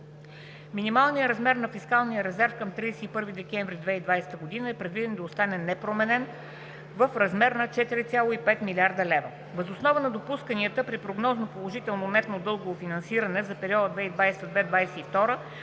Минималният размер на фискалния резерв към 31 декември 2020 г. е предвиден да остане непроменен в размер на 4,5 млрд. лв. Въз основа на допусканията, при прогнозно положително нетно дългово финансиране за периода 2020 – 2022